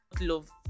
love